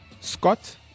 Scott